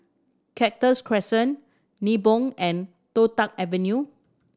Cactus Crescent Nibong and Toh Tuck Avenue